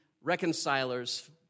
reconcilers